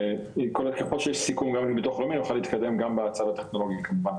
ככל שיש סיכום גם עם ביטוח לאומי נוכל להתקדם גם בצד הטכנולוגי כמובן.